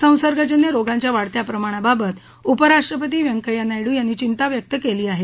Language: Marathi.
असंसर्गजन्य रोगांच्या वाढत्या प्रमाणाबाबत उपराष्ट्रपती व्यंकय्या नायडू यांनी चिंता व्यक्त केली आहे